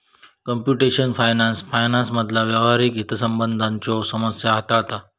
computational finance फायनान्समधला व्यावहारिक हितसंबंधांच्यो समस्या हाताळता